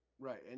Right